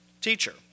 Teacher